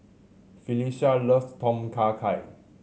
Phylicia loves Tom Kha Gai